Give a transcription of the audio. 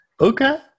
okay